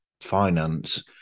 finance